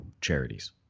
charities